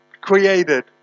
created